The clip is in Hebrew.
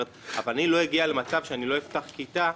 אני לא אגיע למצב שאני לא אפתח כיתה.